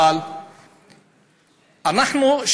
אבל אנחנו,